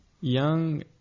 Young